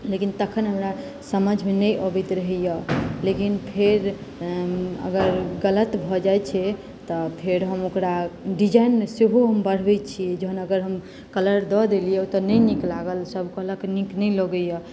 लेकिन तखन हमरा समझमे नहि अबैत रहैए लेकिन फेर अगर गलत भऽ जाइत छै तऽ फेर हम ओकरा डिजाइनमे सेहो हम बढ़बैत छी जहन अगर हम कलर दऽ देलियै ओतय नहि नीक लागल सभ कहलक नीक नहि लगैए